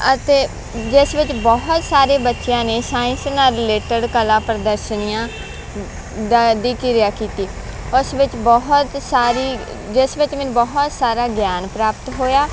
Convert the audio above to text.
ਅਤੇ ਜਿਸ ਵਿੱਚ ਬਹੁਤ ਸਾਰੇ ਬੱਚਿਆਂ ਨੇ ਸਾਇੰਸ ਨਾਲ ਰਿਲੇਟਡ ਕਲਾ ਪ੍ਰਦਰਸ਼ਨੀਆਂ ਦਾ ਦੀ ਕਿਰਿਆ ਕੀਤੀ ਉਸ ਵਿੱਚ ਬਹੁਤ ਸਾਰੀ ਜਿਸ ਵਿੱਚ ਮੈਨੂੰ ਬਹੁਤ ਸਾਰਾ ਗਿਆਨ ਪ੍ਰਾਪਤ ਹੋਇਆ